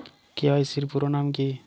KYC এর পুরোনাম কী?